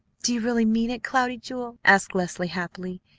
do you really mean it, cloudy jewel? asked leslie happily.